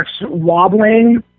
wobbling